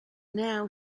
now